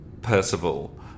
Percival